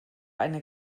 eine